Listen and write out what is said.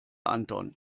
anton